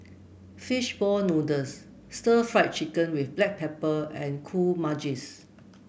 fish ball noodles stir Fry Chicken with Black Pepper and Kuih Manggis